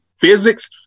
physics